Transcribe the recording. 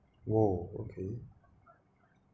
!wow! okay